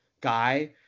guy